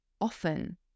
often